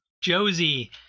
Josie